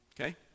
okay